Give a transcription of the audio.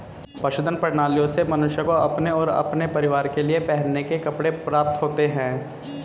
पशुधन प्रणालियों से मनुष्य को अपने और अपने परिवार के लिए पहनने के कपड़े प्राप्त होते हैं